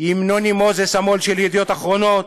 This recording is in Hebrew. עם נוני מוזס, המו"ל של "ידיעות אחרונות",